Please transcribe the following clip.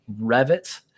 Revit